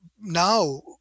now